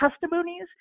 testimonies